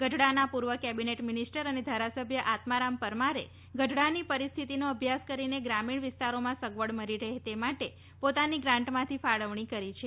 ગઢડાના પૂર્વ cabinet minister અને ધારાસભ્ય આત્મારામ પરમારે ગઢડાની પરિસ્થિતિનો અભ્યાસ કરીને ગ્રામીણ વિસ્તારોમાં સગવડ મળી રહે તે માટે પોતાની ગ્રાન્ટમાંથી ફાળવણી કરી છે